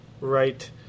right